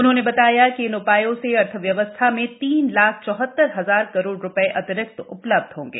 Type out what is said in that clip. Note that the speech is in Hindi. उन्होंने बताया कि इन उपायों से अर्थव्यवस्था में तीन लाख चौहतर हजार करोड़ रुपये अतिरिक्त उपलब्ध होंगे